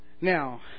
now